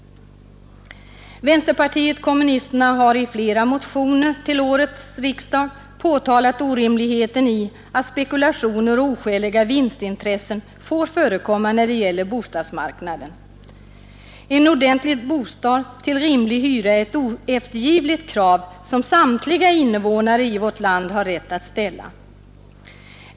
Vänsterpartiet kommunisterna har i flera motioner till årets riksdag påtalat orimligheten i att spekulationer och oskäliga vinstintressen får förekomma när det gäller bostadsmarknaden. En ordentlig bostad till rimlig hyra är ett oeftergivligt krav som samtliga invånare i vårt land har rätt att ställa.